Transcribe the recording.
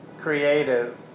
creative